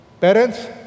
parents